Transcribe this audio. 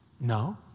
No